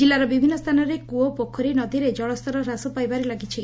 କିଲ୍ଲାର ବିଭିନ୍ନ ସ୍ଚାନରେ କୂଅ ପୋଖରୀ ନଦୀରେ ଜଳସ୍ତର ହ୍ରାସ ପାଇବାରେ ଲାଗିଛି